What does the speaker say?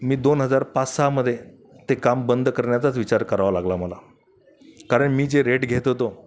मी दोन हजार पाचसहामध्ये ते काम बंद करण्याचाच विचार करावा लागला मला कारण मी जे रेट घेत होतो